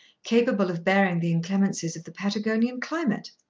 capable of bearing the inclemencies of the patagonian climate.